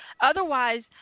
Otherwise